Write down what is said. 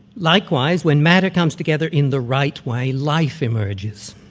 likewise, when matter comes together in the right way, life emerges.